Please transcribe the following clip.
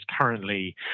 currently